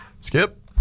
Skip